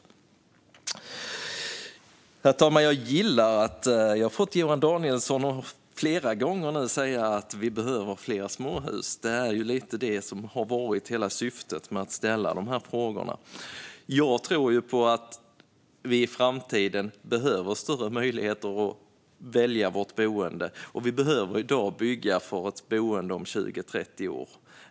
Herr talman! Jag gillar att jag har fått Johan Danielsson att flera gånger säga att vi behöver fler småhus; det är lite grann det som har varit syftet med att ställa dessa frågor. Jag tror ju på att vi i framtiden behöver större möjligheter att välja vårt boende. Vi behöver i dag bygga för boende om 20-30 år.